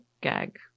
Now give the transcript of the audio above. gag